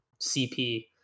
cp